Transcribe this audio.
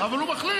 אבל הוא מחליט.